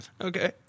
Okay